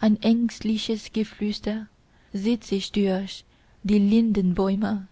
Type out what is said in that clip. ein ängstliches geflüster zieht sich durch die lindenbäume